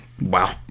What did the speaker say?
Wow